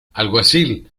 alguacil